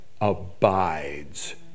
abides